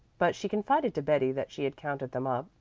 but she confided to betty that she had counted them up,